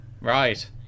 Right